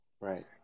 Right